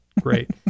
great